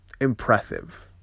impressive